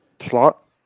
Slot